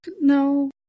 No